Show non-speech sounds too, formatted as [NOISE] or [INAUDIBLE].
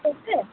[UNINTELLIGIBLE]